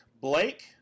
Blake